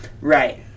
Right